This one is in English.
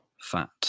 Fat